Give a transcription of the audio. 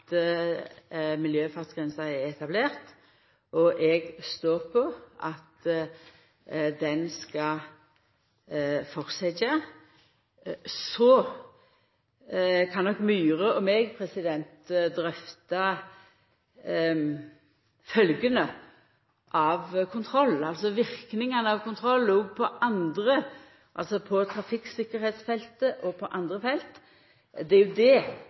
at miljøfartsgrensa er etablert, og eg står på at ho skal fortsetja. Så kan nok Myhre og eg drøfta følgjene av kontroll, altså verknaden av kontroll på trafikktryggleiksfeltet og på andre felt. Det er saker vi må sjå nærare på; kontroll og reaksjon når det